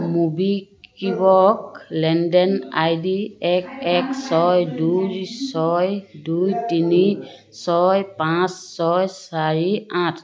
MobiKwik লেনদেন I D এক এক ছয় দুই ছয় দুই তিনি ছয় পাঁচ ছয় চাৰি আঠ